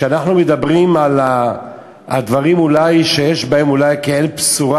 כשאנחנו מדברים על הדברים שאולי יש בהם כעין-בשורה,